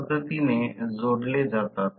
पहा ते येथे दिले आहे